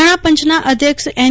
નાણાપંચના અધ્યક્ષ એન